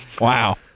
Wow